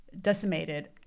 decimated